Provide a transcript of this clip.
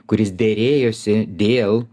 kuris derėjosi dėl